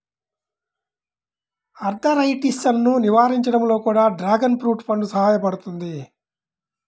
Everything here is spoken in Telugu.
ఆర్థరైటిసన్ను నివారించడంలో కూడా డ్రాగన్ ఫ్రూట్ పండు సహాయపడుతుంది